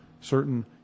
certain